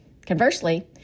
Conversely